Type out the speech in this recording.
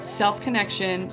self-connection